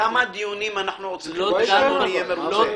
כמה דיונים אנחנו עוד צריכים מעבר למה שדנו?